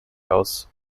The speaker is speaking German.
aus